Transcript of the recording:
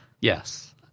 Yes